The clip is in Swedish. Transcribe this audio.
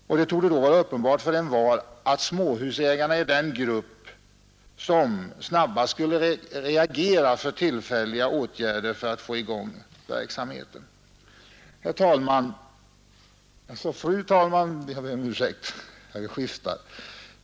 Det torde vara uppenbart för envar att småhusägarna är den grupp, som snabbast skulle reagera för tillfälliga åtgärder för att få i gång en sådan verksamhet. Fru talman!